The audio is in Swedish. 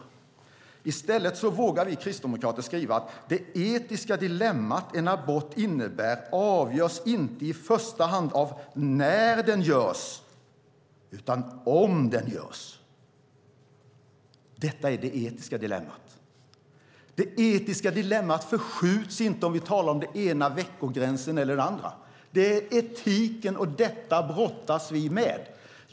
Vi kristdemokrater vågar i stället skriva att det etiska dilemma en abort innebär avgörs inte i första hand av när den görs utan om den görs. Detta är det etiska dilemmat. Det etiska dilemmat förskjuts inte om vi talar om den ena veckogränsen eller den andra. Det handlar om etiken, och detta brottas vi med.